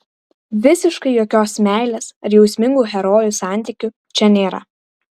visiškai jokios meilės ar jausmingų herojų santykių čia nėra